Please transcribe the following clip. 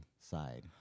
side